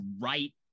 right